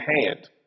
hand